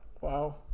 wow